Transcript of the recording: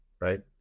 right